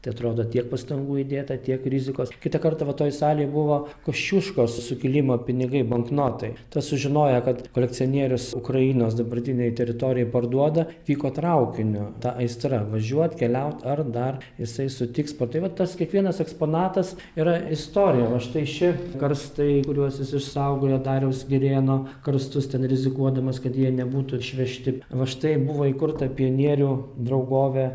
tai atrodo tiek pastangų įdėta tiek rizikos kitą kartą va toj salėj buvo kosciuškos sukilimo pinigai banknotai tai sužinoję kad kolekcionierius ukrainos dabartinėj teritorijoj parduoda vyko traukiniu ta aistra važiuot keliaut ar dar jisai sutiks pa tai va tas kiekvienas eksponatas yra istorija o štai ši karstai kuriuos jis išsaugojo dariaus girėno karstus ten rizikuodamas kad jie nebūtų išvežti va štai buvo įkurta pionierių draugovė